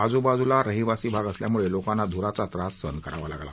आजूबाजूला रहिवासी भाग असल्यामुळे लोकांना धुराचा त्रास सहन करावा लागला